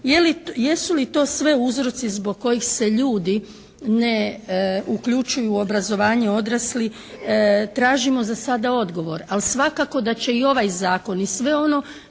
Jesu li to sve uzroci zbog kojih se ljudi ne uključuju u obrazovanje odraslih, tražimo za sada odgovor. Ali svakako da će i ovaj zakon i sve ono